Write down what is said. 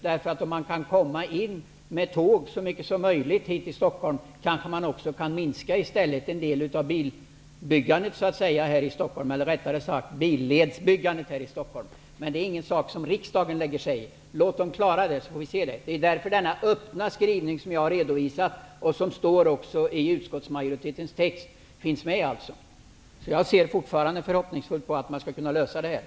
Kan man lättare komma in med tåg till Stockholm kanske en del av billedsbyggandet här i Stockholm kan undvaras. Men det är ingen sak som riksdagen lägger sig i. Låt dem klara det så får vi se. Det är därför vi har denna öppna skrivning i utskottsmajoritetens text som jag har redovisat. Jag ser fortfarande förhoppningsfullt på att man kan lösa detta.